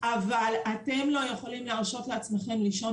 אבל אתם לא יכולים להרשות לעצמכם לישון